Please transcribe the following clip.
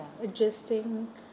adjusting